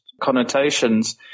connotations